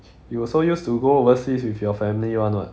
you also used to go overseas with your family [one] [what]